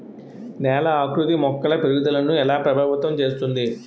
నేల ఆకృతి మొక్కల పెరుగుదలను ఎలా ప్రభావితం చేస్తుంది?